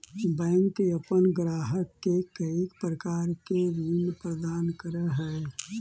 bank अपन ग्राहक के कईक प्रकार के ऋण प्रदान करऽ हइ